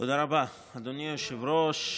תודה רבה, אדוני היושב-ראש.